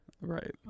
right